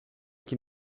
qui